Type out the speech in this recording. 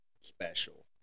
special